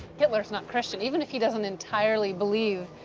hitler's not christian. even if he doesn't entirely believe,